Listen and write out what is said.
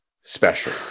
special